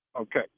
Okay